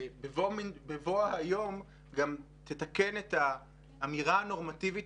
ובבוא היום גם תתקן את האמירה הנורמטיבית